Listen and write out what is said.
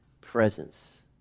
presence